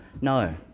No